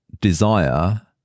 desire